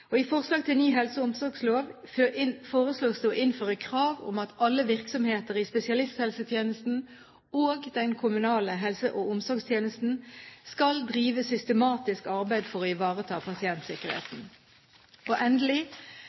legemiddelbruk. I forslag til ny helse- og omsorgslov foreslås det å innføre krav om at alle virksomheter i spesialisthelsetjenesten og den kommunale helse- og omsorgstjenesten skal drive systematisk arbeid for å ivareta pasientsikkerheten. Endelig vil regjeringen, som kjent, i 2012 legge frem en stortingsmelding om kvalitet og